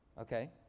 okay